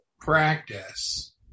practice